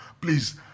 please